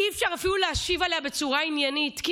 איך אני מגיבה על